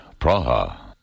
Praha